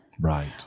Right